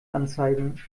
anzeigen